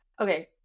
Okay